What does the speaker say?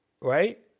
right